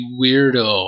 weirdo